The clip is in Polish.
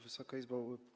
Wysoka Izbo!